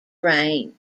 train